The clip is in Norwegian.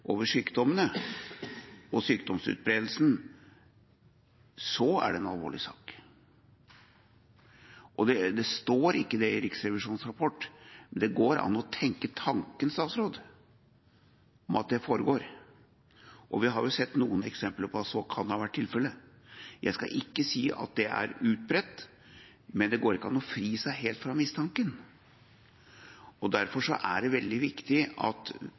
sykdommene og sykdomsutbredelsen, er det en alvorlig sak. Og det står ikke det i Riksrevisjonens rapport, men det går an for statsråden å tenke den tanken at det foregår. Vi har jo sett noen eksempler på at det kan ha vært tilfellet. Jeg skal ikke si at det er utbredt, men det går ikke an å fri seg helt fra mistanken. Derfor er det veldig viktig at